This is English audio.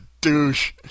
douche